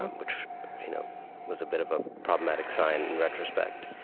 which you know was a bit of a problematic sign in retrospect.